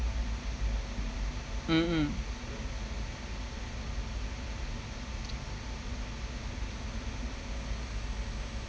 mmhmm